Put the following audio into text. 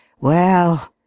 well